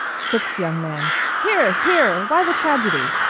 sixth young man here! here! why the tragedy?